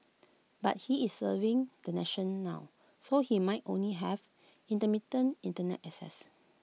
but he is serving the nation now so he might only have intermittent Internet access